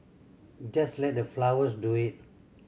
just let the flowers do it